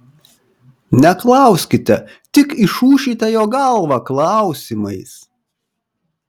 neklauskite tik išūšite jo galvą klausimais